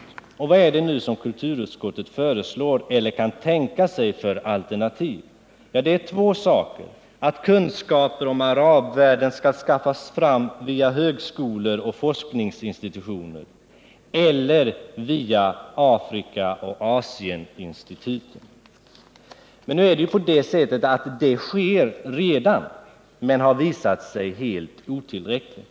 Vad är det nu som kulturutskottet föreslår eller kan tänka sig som alternativ? Det är två saker. Kunskaper om arabvärlden skall skaffas fram via högskolor och forskningsinstitutioner eller via Afrikaoch Asieninstituten. Detta sker emellertid redan nu, men har visat sig vara helt otillräckligt.